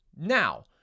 Now